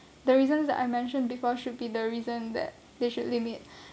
the reasons that I mentioned before should be the reason that they should limit